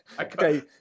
Okay